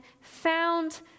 found